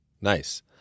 Nice